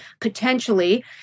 potentially